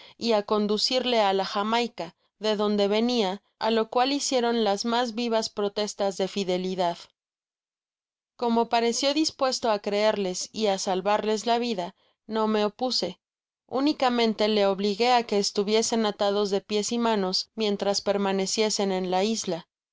y á conducirle á la jamaica de donde venia álo cual hicieron las mas vivas protestas de fidelidad como parecio dispuesto á creerles y á salvarles la vida no me opuse únicamente le obligué á que estuviesen atados de pies y manos mientras permaneciesen en la isla